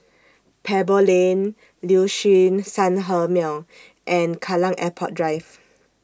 Pebble Lane Liuxun Sanhemiao and Kallang Airport Drive